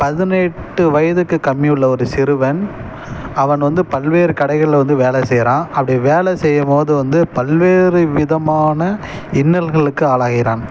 பதினெட்டு வயதுக்கு கம்மி உள்ள ஒரு சிறுவன் அவன் வந்து பல்வேறு கடைகளில் வந்து வேலை செய்கிறான் அப்படி வேலை செய்யும் போது வந்து பல்வேறு விதமான இன்னல்களுக்கு ஆளாகிறான்